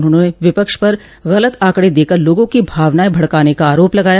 उन्होंने विपक्ष पर गलत आंकड़े देकर लोगों की भावनाएं भड़काने का आरोप लगाय